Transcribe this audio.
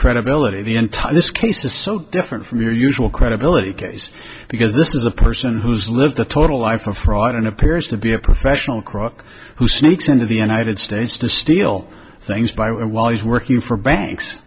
credibility the entire this case is so different from your usual credibility case because this is a person who's lived a total lie for fraud and appears to be a professional crook who sneaks into the united states to steal things by while he's working for banks